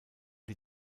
die